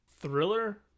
Thriller